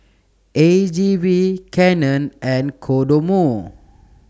A G V Canon and Kodomo